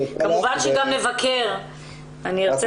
אני רוצה